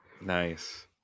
Nice